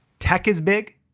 tech is big,